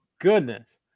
goodness